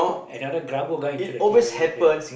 another Grago kind to the team young player